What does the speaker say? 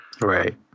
right